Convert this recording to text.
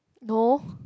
no